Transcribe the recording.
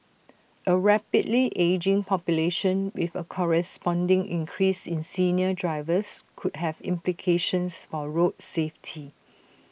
A rapidly ageing population with A corresponding increase in senior drivers could have implications for road safety